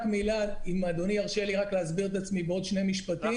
אם אדוני ירשה לי רק להסביר את עצמי בעוד שני משפטים.